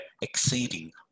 exceeding